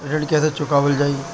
ऋण कैसे चुकावल जाई?